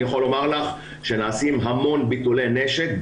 יכול לומר לך שנעשים המון ביטולי נשק.